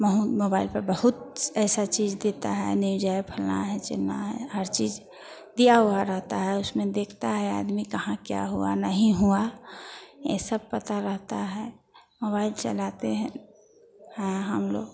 महु मोबाइल पर बहुत ऐसा चीज़ देता है न्यूज है फलना है चिम्मा है हर चीज़ दिया हुआ रहता है उसमें देखता है आदमी कहाँ क्या हुआ नहीं हुआ ये सब पता रहता है मोबाइल चलाते हैं हैं हम लोग